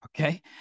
Okay